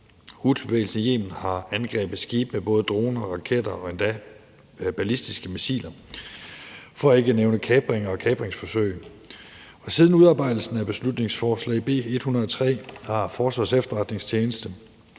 Houthibevægelsen i Yemen har angrebet skibe med både droner, raketter og endda ballistiske missiler, for ikke at nævne kapringer og kabringsforsøg. Siden udarbejdelsen af beslutningsforslag nr. B 103 har Forsvarets Efterretningstjeneste